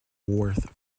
worth